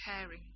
caring